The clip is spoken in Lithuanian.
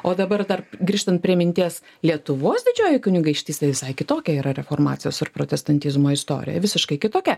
o dabar dar grįžtant prie minties lietuvos didžiojoj kunigaikštystėj visai kitokia yra reformacijos ir protestantizmo istorija visiškai kitokia